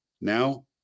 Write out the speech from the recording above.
now